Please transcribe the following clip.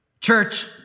Church